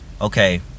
Okay